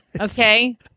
Okay